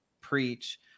preach